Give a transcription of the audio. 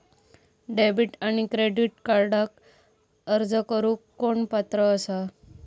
Debit आणि credit कार्डक अर्ज करुक कोण पात्र आसा?